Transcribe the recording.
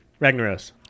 ragnaros